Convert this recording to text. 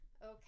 Okay